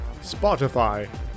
Spotify